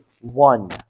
one